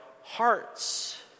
hearts